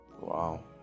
Wow